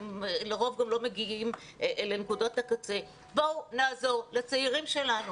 הם לרוב גם לא מגיעים לנקודות הקצה בואו נעזור לצעירים שלנו.